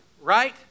right